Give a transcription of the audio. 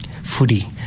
Footy